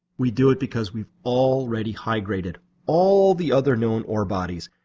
we do it because we've already high-graded all the other known ore bodies,